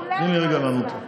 תני לי רגע לענות לך.